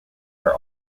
are